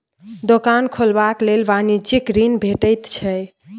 दोकान खोलबाक लेल वाणिज्यिक ऋण भेटैत छै